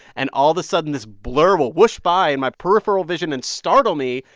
and all the sudden, this blur will whoosh by and my peripheral vision and startle me.